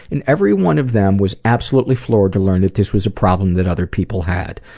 and every one of them was absolutely floored to learn that this was a problem that other people had.